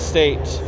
State